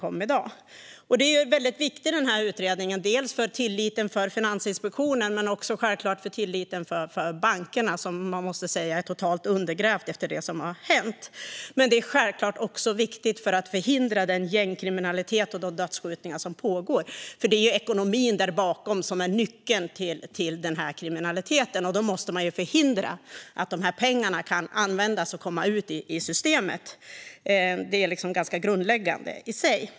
Utredningen är väldigt viktig, både för tilliten till Finansinspektionen och för tilliten till bankerna som man måste säga är totalt undergrävd efter det som har hänt. Men den är självklart också viktig för att förhindra den gängkriminalitet och de dödsskjutningar som pågår. Det är ekonomin där bakom som är nyckeln till kriminaliteten, och då måste man förhindra att pengarna kan användas och komma ut i systemet. Det är ganska grundläggande.